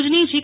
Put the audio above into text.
ભુજની જી